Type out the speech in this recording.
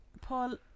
Paul